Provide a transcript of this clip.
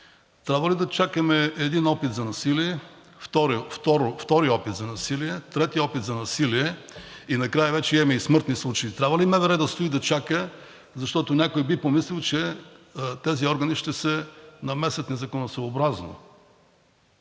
трябва ли да чакаме един опит за насилие, втори опит за насилие, трети опит за насилие и накрая вече имаме и смъртни случаи – трябва ли МВР да стои и да чака, защото някой би помислил, че тези органи ще се намесят незаконосъобразно?